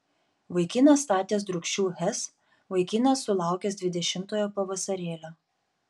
vaikinas statęs drūkšių hes vaikinas sulaukęs dvidešimtojo pavasarėlio